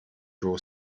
draw